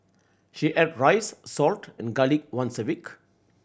she ate rice salt and garlic once a week